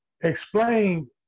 explain